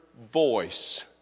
voice